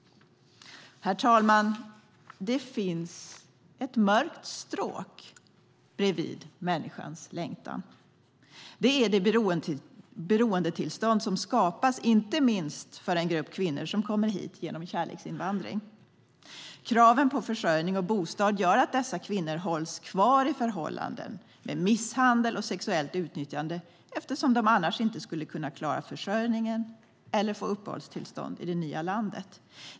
Herr talman! Det finns ett mörkt stråk bredvid människans längtan. Det är det beroendetillstånd som skapas, inte minst för en grupp kvinnor som kommer hit genom kärleksinvandring. Kraven på försörjning och bostad gör att dessa kvinnor hålls kvar i förhållanden med misshandel och sexuellt utnyttjande eftersom de annars inte skulle kunna klara försörjningen eller få uppehållstillstånd i det nya landet.